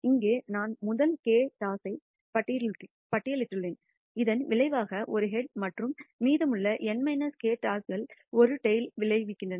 இங்கே நான் முதல் k டாஸை பட்டியலிட்டேன் இதன் விளைவாக ஒரு ஹெட் மற்றும் மீதமுள்ள n k டாஸ்கள் ஒரு டைல் விளைகின்றன